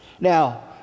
Now